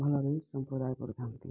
ଭଲରେ ସମ୍ପ୍ରଦାୟ କରିଥାଆନ୍ତି